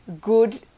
good